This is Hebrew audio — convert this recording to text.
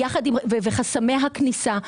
חסמי הכניסה,